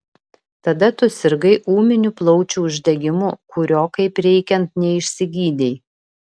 tada tu sirgai ūminiu plaučių uždegimu kurio kaip reikiant neišsigydei